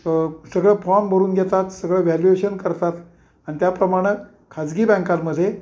सगळं फॉर्म भरून घेतात सगळं व्हॅल्युएशन करतात अन त्याप्रमाणं खाजगी बँकांमध्ये